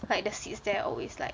like the seats there always like